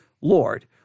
Lord